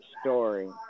story